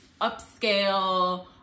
upscale